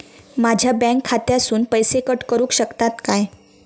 माझ्या बँक खात्यासून पैसे कट करुक शकतात काय?